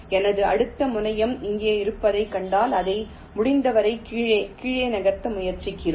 எனது அடுத்த முனையம் இங்கே இருப்பதைக் கண்டால் அதை முடிந்தவரை கீழே கீழே நகர்த்த முயற்சிக்கிறேன்